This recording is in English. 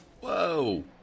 Whoa